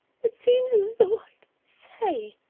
it seems as though i'd say,